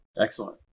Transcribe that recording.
Excellent